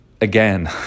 again